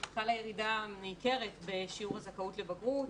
חלה ירידה ניכרת בשיעור הזכאות לבגרות,